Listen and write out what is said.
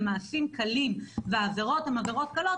מעשים קלים והעבירות הן עבירות קלות,